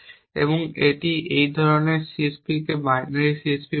এবং এই ধরনের একটি CSPকে বাইনারি CSP বলা হয়